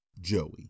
Joey